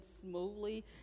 smoothly